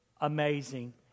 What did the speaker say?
amazing